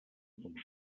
und